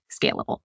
scalable